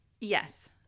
Yes